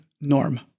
norm